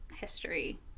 history